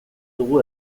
dugu